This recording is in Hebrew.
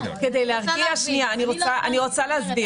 כדי להרגיע אני רוצה להסביר.